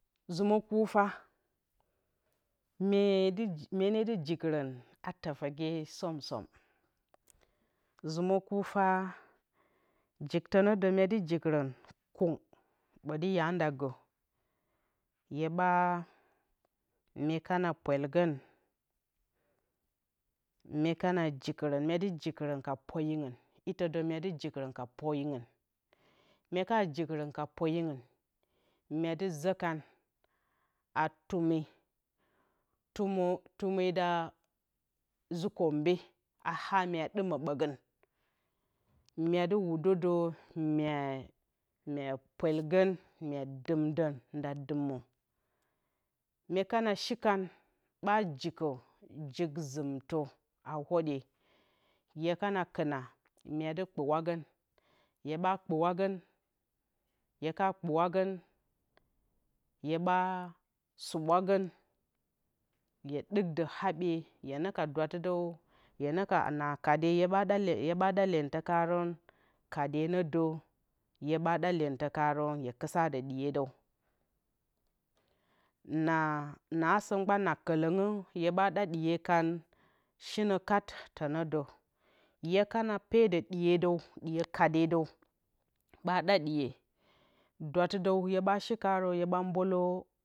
Zɨmǝ kufa mye ne myene dɨ jikrǝn a tyefǝgye somsom zǝmǝ kufa jiktǝ nǝ dǝ myedɨ jikrǝn kun ɓotɨ ya nda gǝ hyeɓa mekana pwelgǝn mye kana jikrǝn myadɨ jikrǝn ka pweyingɨn itǝ dǝ myeɨ jikrǝn ka pweyingɨn myeka jikrǝn ka pweyingɨn myedɨ zǝkan a tume. tume tume da ji kǝmbe a ha mye ɗimǝ ɓǝgǝn myedɨ wudǝ dǝ mye pwelgǝn mye dɨmdǝn nda dɨmǝ mye kana shikan ɓa jikǝ jik zɨmtǝ a whodyehye kan a kǝna myedɨ kpǝwagǝn ɓa kpǝwagǝn hye ka kpǝwagǝn hyeɓa sɨbwagǝn hye dɨkdǝ haɓye hyena ka dwattɨ dǝw na kade hyeɓa ɗa lyentǝkarǝn kadye nǝ dǝ ɓa ɗa lyentǝkarǝn hye kɨsa dǝ ɗiyedǝw na nasǝ mgban na kǝlǝngǝ hye ɓa ɗa ɗiyekan shinǝ kat tǝnǝ dǝ hye kana pedǝ ɗiyedǝw kade dǝe ɓa ɗa ɗiye dwattɨdǝw hye ɓa shikarǝ hye ɓa mbǝlǝ